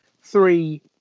three